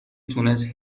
تونست